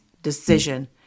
decision